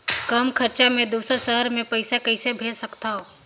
कम खरचा मे दुसर शहर मे पईसा कइसे भेज सकथव?